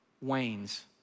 wanes